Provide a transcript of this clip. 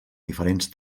diferents